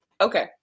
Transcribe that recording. Okay